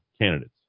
candidates